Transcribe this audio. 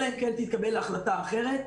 אלא אם כן תתקבל החלטה אחרת.